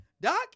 Doc